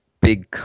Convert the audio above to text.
big